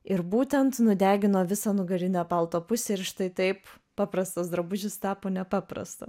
ir būtent nudegino visą nugarinę palto pusę ir štai taip paprastas drabužis tapo nepaprastu